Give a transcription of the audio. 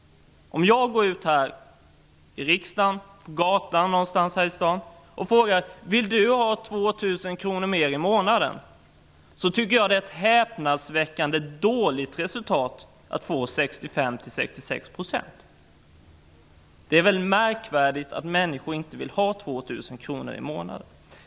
Om jag går ut på en gata här i stan och frågar vem som helst: Vill du ha 2 000 kr mer i månaden?, så tycker jag det är ett häpnadsväckande dåligt resultat om jag får bara 65 66 % ja. Det är väl märkvärdigt att så många människor inte vill ha 2 000 kr mer i månaden.